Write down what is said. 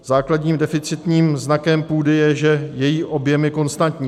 Základním deficitním znakem půdy je, že její objem je konstantní.